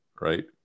right